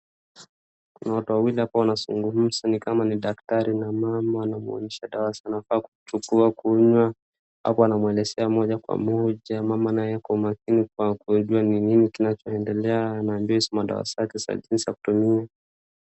Kuna watu wawili hapa wanazungumza ni kama ni daktari na mama anamuonyesha dawa anafaa kuchukua kunywa. Hapo anamuelezea moja kwa moja, mama naye ako makini kwako kujua ni nini kinachoendelea. Anaambiwa hizi dawa zake za jinsi ya kutumia.